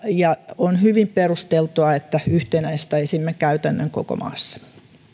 ja on hyvin perusteltua että yhtenäistäisimme käytännön koko maassa